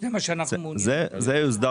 זה יוסדר